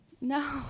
No